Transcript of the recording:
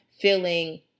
feeling